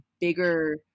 bigger